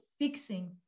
fixing